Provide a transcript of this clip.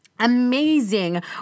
Amazing